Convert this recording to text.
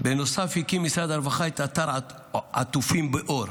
בנוסף, הקים משרד הרווחה את אתר "עטופים באור",